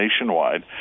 nationwide